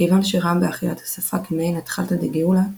מכיוון שראה בהחייאת השפה כמעין אתחלתא דגאולה,